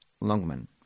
Longman